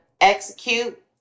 execute